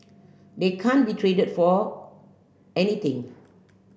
they can't be traded for anything